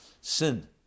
sin